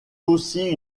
aussi